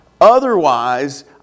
Otherwise